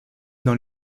dans